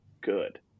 good